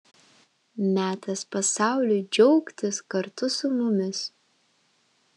metas pasauliui džiaugtis kartu su mumis